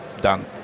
done